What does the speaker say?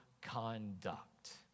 conduct